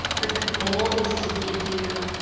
but the goal is to give you